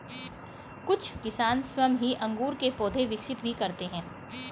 कुछ किसान स्वयं ही अंगूर के पौधे विकसित भी करते हैं